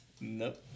Nope